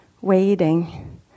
Waiting